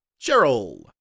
Cheryl